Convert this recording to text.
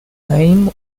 name